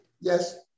Yes